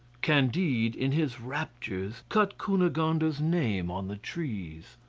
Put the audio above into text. candide, in his raptures, cut cunegonde's name on the trees.